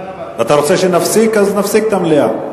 אתה רוצה שנפסיק, אז נפסיק את המליאה.